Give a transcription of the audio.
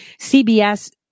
CBS